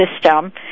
system